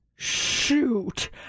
shoot